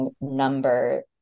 number